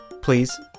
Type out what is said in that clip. Please